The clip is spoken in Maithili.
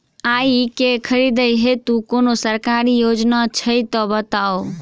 आइ केँ खरीदै हेतु कोनो सरकारी योजना छै तऽ बताउ?